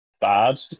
bad